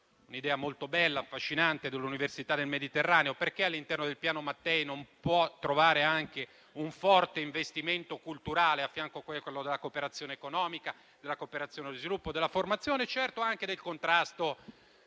un'idea molto bella e affascinante, quella dell'Università del Mediterraneo: perché all'interno del Piano Mattei non si può trovare anche un forte investimento culturale, al fianco di quello nella cooperazione economica e per lo sviluppo, nella formazione e, certo, anche nel contrasto